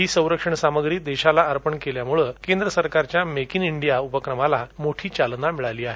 ही संरक्षण सामग्री देशाला अर्पण केल्यामुळ केंद्र सरकारच्या मेक इन इंडिया उपक्रमाला मोठी चालना मिळाली आहे